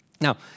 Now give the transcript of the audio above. Now